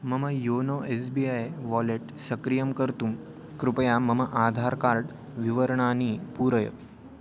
मम YONO S B I wallet सक्रियं कर्तुं कृपया मम आधार् कार्ड् विवरणानि पूरय